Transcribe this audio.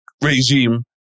regime